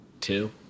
Two